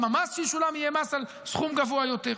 גם המס שישולם יהיה מס על סכום גבוה יותר.